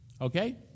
Okay